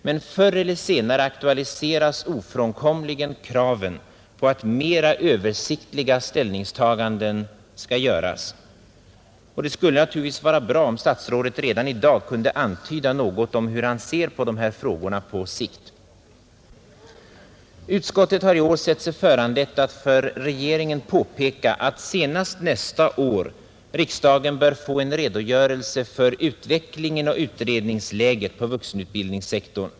Men förr eller senare aktualiseras ofrånkomligen kraven på att mera översiktliga ställningstaganden skall göras, och det skulle naturligtvis vara bra om statsrådet redan i dag kunde antyda något om hur han ser på dessa frågor på sikt. Utskottet har i år sett sig föranlett att för regeringen påpeka, att senast nästa år riksdagen bör få en redogörelse för utvecklingen och utredningsläget på vuxenutbildningssektorn.